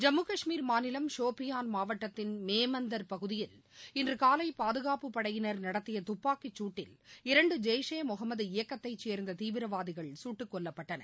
ஜம்மு கஷ்மீர் மாநிலம் ஷோபியான் மாவட்டத்தின் மேமந்தர் பகுதியில் இன்று காலை பாதுகாப்புப் படையினர் நடத்திய துப்பாக்கிச்சூட்டில் இரண்டு ஜெய்ஷே முகமது இயக்கத்தைச் சேர்ந்த தீவிரவாதிகள் சுட்டுக் கொல்லப்பட்டனர்